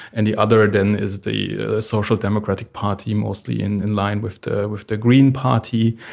and the other then is the social democratic party mostly in in line with the with the green party,